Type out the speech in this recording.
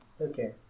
Okay